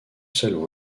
salon